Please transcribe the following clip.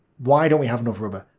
why don't we have enough rubber?